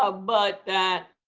ah but that